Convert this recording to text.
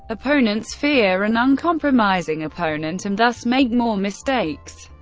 opponents fear an uncompromising opponent and thus make more mistakes.